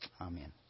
Amen